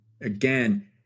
Again